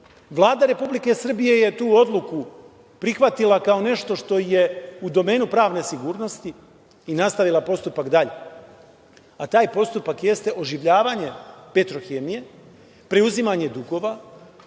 Republike Srbije je tu odluku prihvatila kao nešto što je u domenu pravne sigurnosti i nastavila postupak dalje, a taj postupak jeste oživljavanje Petrohemije, preuzimanje dugova,